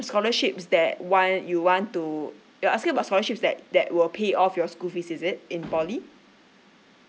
scholarships that want you want to you're asking about the scholarship that that will pay off your school fees is it in poly